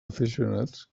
aficionats